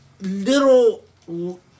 little